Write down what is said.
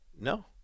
No